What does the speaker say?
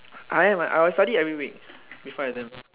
I am I will study every week before exams